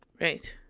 Right